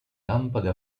lampade